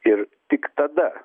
ir tik tada